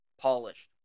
polished